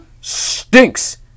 stinks